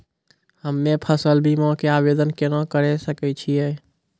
हम्मे फसल बीमा के आवदेन केना करे सकय छियै?